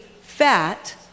fat